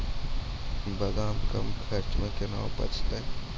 बादाम कम खर्च मे कैना उपजते?